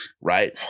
right